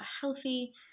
healthy